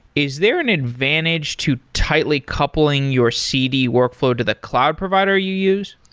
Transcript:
is there an advantage too tightly coupling your cd workflow to the cloud provider you use?